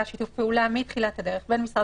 היה שיתוף פעולה מתחילת הדרך בין משרד